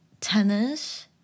tennis